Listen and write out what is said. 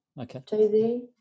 Okay